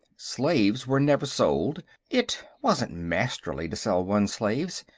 slaves were never sold it wasn't masterly to sell one's slaves.